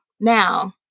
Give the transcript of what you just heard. Now